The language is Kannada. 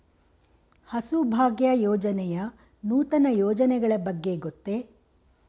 ಹಸುಭಾಗ್ಯ ಯೋಜನೆಯ ನೂತನ ಯೋಜನೆಗಳ ಬಗ್ಗೆ ಗೊತ್ತೇ?